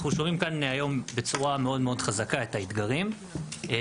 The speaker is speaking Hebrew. אנחנו שומעים כאן היום בצורה מאוד מאוד חזקה את האתגרים ומסובכים,